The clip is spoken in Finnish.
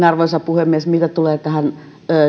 arvoisa puhemies mitä tulee tähän